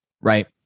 right